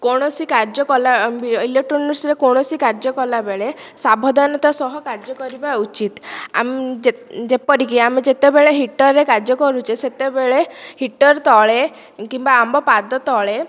କୌଣସି କାର୍ଯ୍ୟ କଲା ଇଲୋକ୍ଟ୍ରୋନିକ୍ସରେ କୌଣସି କାର୍ଯ୍ୟ କଲାବେଳେ ସାବଧାନତା ସହ କାର୍ଯ୍ୟ କରିବା ଉଚିତ ଆମ ଯେ ଯେପରିକି ଆମେ ଯେତେବେଳେ ହିଟର୍ ରେ କାର୍ଯ୍ୟ କରୁଛେ ସେତେବେଳେ ହିଟର୍ ତଳେ କିମ୍ବା ଆମ ପାଦତଳେ